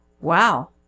Wow